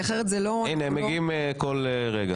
הם מגיעים כל רגע.